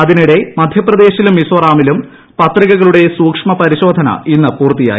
അതിനിടെ മധ്യപ്രദേശിലും മിസോറാമിലും പത്രികകളുടെ സൂക്ഷ്മപരിശോധന ഇന്ന് പൂർത്തിയായി